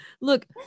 Look